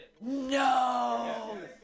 No